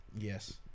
Yes